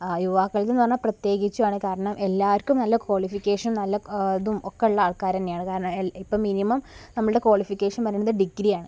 യുവാക്കൾക്കെന്ന് പറഞ്ഞാല് പ്രത്യേകിച്ചുമാണ് കാരണം എല്ലാവർക്കും നല്ല ക്വാളിഫിക്കേഷൻ നല്ല ഇതും ഒക്കെയുള്ള ആൾക്കാര് തന്നെയാണ് കാരണം ഇപ്പോള് മിനിമം നമ്മളുടെ ക്വാളിഫിക്കേഷനെന്നു പറയുന്നത് ഡിഗ്രിയാണ്